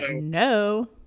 no